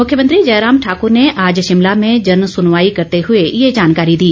मुख्यमंत्री जयराम ठाकुर ने आज शिमला में जनसुनवाई करते हुए ये जानकारी दी